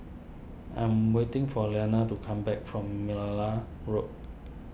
I am waiting for Iyana to come back from Merlala Road